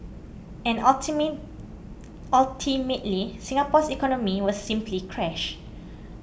and ultimately Singapore's economy was simply crash